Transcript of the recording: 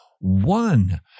one